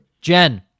Jen